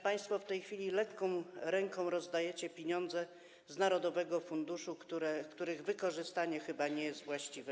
Państwo w tej chwili lekką ręką rozdajecie pieniądze z narodowego funduszu, których wykorzystanie chyba nie jest właściwe.